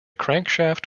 crankshaft